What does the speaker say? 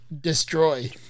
destroy